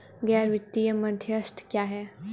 गैर वित्तीय मध्यस्थ क्या हैं?